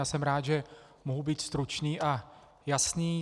Já jsem rád, že mohu být stručný a jasný.